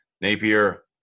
Napier